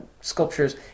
sculptures